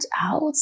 out